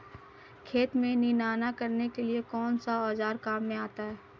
खेत में निनाण करने के लिए कौनसा औज़ार काम में आता है?